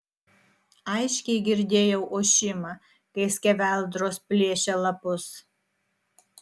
aiškiai girdėjau ošimą kai skeveldros plėšė lapus